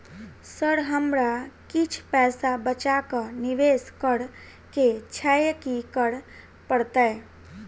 Sir हमरा किछ पैसा बचा कऽ निवेश करऽ केँ छैय की करऽ परतै?